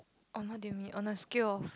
on what you mean on a scale of